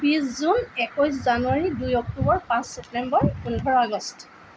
বিশ জুন একৈছ জানুৱাৰী দুই অক্টোবৰ পাঁচ ছেপ্টেম্বৰ পোন্ধৰ আগষ্ট